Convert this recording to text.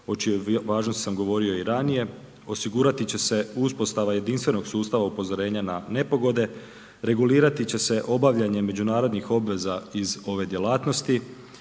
o čijoj važnosti sam govorio i ranije, osigurati će se uspostava jedinstvenog sustava upozorenja na nepogode, regulirati će se obavljanje međunarodnih obveza iz ove djelatnosti,